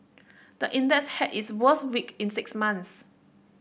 the index had its worst week in six months